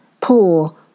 poor